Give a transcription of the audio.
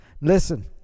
Listen